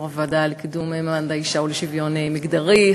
יושבת-ראש הוועדה לקידום מעמד האישה ולשוויון מגדרי,